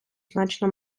значно